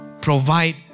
provide